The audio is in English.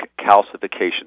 Calcification